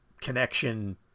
connection